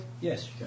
Yes